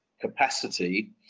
capacity